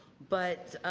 but